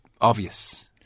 obvious